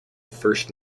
first